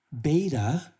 beta